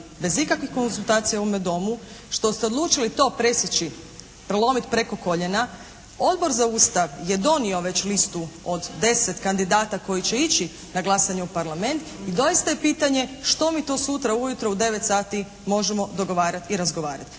bez ikakvih konzultacija u ovome Domu, što ste odlučili to presjeći, prelomiti preko koljena. Odbor za Ustav je donio već listu od 10 kandidata koji će ići na glasanje u Parlament i doista je pitanje što mi to sutra ujutro u 9 sati možemo dogovarati i razgovarati.